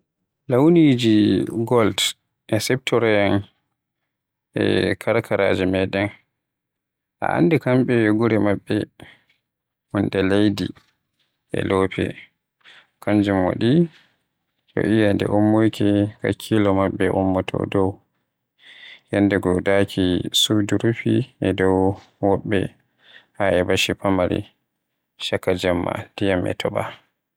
Launiji golde siftoroyam e gure karkaraji meden. A anndi kamɓe gure mabbe un ɗe leydi e lope, kanjum waɗi to eyende ummoyke, hakkilo maɓɓe ummoto dow. Yandego daaki sudu rufi e dow gobbe haa e bacci famari, chaaka Jemma ndiyam e topa.